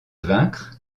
vaincre